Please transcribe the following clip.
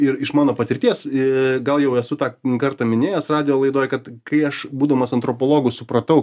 ir iš mano patirties iii gal jau esu tą kartą minėjęs radijo laidoj kad kai aš būdamas antropologu supratau